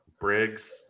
Briggs